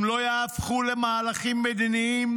אם לא יהפכו למהלכים מדיניים,